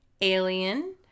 Alien